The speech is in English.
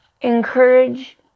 encourage